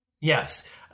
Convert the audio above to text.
Yes